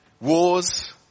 wars